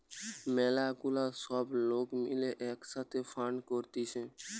ম্যালা গুলা সব লোক মিলে এক সাথে ফান্ড করতিছে